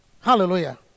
Hallelujah